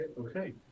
Okay